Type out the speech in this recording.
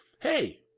hey